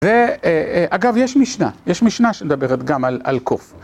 ואגב יש משנה, יש משנה שמדברת גם על קוף